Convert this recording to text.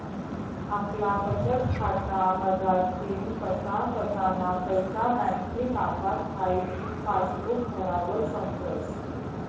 आपला बचतखाता मझारतीन कसा कसाना पैसा बँकनी कापात हाई पासबुक भरावर समजस